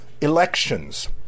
elections